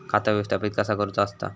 खाता व्यवस्थापित कसा करुचा असता?